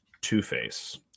Two-Face